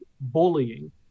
bullying